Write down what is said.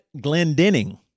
Glendenning